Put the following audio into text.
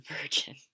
virgin